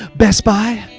best buy,